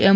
M